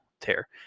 tear